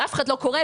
שאף אחד לא קורה.